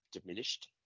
diminished